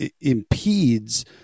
impedes